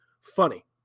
funny